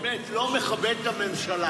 באמת לא מכבד את הממשלה.